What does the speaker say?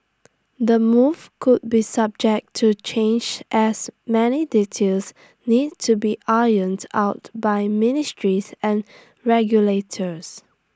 the move could be subject to change as many details need to be ironed out by ministries and regulators